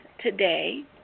today